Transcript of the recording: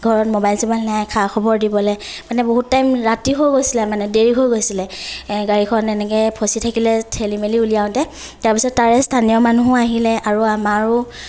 ঘৰত মোবাইল চবাইল নাই খা খবৰ দিবলৈ মানে বহুত টাইম ৰাতি হৈ গৈছিলে মানে দেৰি হৈ গৈছিলে গাড়ীখন এনেকৈ ফচি থাকিলে ঠেলি মেলি উলিয়াওতে তাৰ পিছত তাৰে স্থানীয় মানুহো আহিলে আৰু আমাৰো